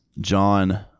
John